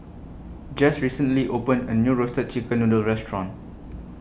Jess recently opened A New Roasted Chicken Noodle Restaurant